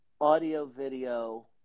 audio-video